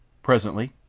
presently,